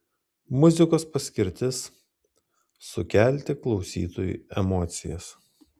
muzikos paskirtis sukelti klausytojui emocijas